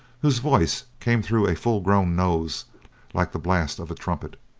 whose voice came through a full-grown nose like the blast of a trumpet.